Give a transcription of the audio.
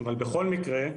אבל בכל מקרה,